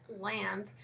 lamp